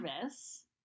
service